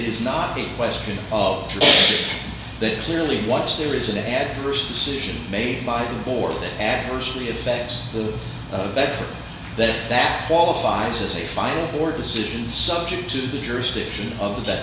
is not a question of that clearly once there is an adverse decision made by the board and usually effects the better that that qualifies as a final or decision subject to the jurisdiction of that